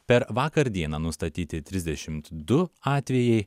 per vakar dieną nustatyti trisdešimt du atvejai